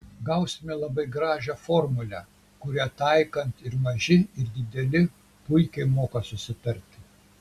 gausime labai gražią formulę kurią taikant ir maži ir dideli puikiai moka susitarti